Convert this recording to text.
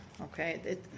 okay